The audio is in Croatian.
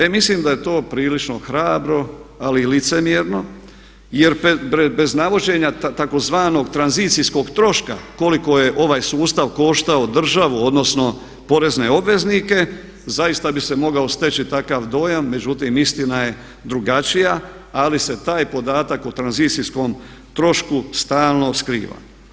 E mislim da je to prilično hrabro ali i licemjerno jer bez navođenja tzv. tranzicijskog troška koliko je ovaj sustav koštao državu, odnosno porezne obveznike zaista bi se mogao steći takav dojam, međutim istina je drugačija ali se taj podatak o tranzicijskom trošku stalno skriva.